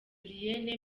julienne